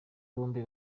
bombi